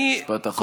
משפט אחרון.